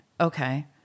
okay